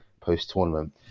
post-tournament